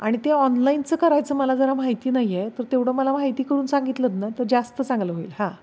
आणि ते ऑनलाईनचं करायचं मला जरा माहिती नाही आहे तर तेवढं मला माहिती करून सांगितलंत ना तर जास्त चांगलं होईल हां